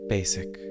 Basic